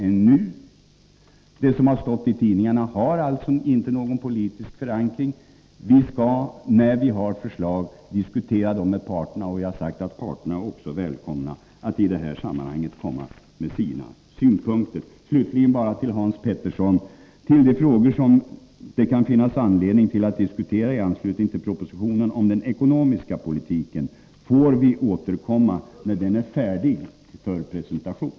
Det som har stått i tidningarna har alltså inte någon politisk förankring. Vi skall när vi fått fram förslag diskutera dessa med parterna. Vi har sagt att parterna också är välkomna att i detta sammanhang komma med sina egna synpunkter. Slutligen ett par ord till Hans Petersson i Hallstahammar. Till de frågor som det kan finnas anledning att diskutera i anslutning till propositionen om den ekonomiska politiken får vi återkomma när denna är färdig för presentation.